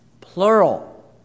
plural